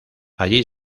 allí